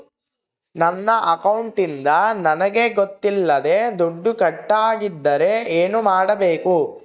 ನನ್ನ ಅಕೌಂಟಿಂದ ನನಗೆ ಗೊತ್ತಿಲ್ಲದೆ ದುಡ್ಡು ಕಟ್ಟಾಗಿದ್ದರೆ ಏನು ಮಾಡಬೇಕು?